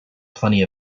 plenty